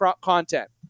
content